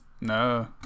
No